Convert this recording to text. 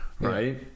Right